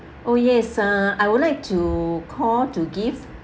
oh yes uh I would like to call to give